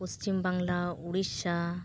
Paschim Bangla Odisha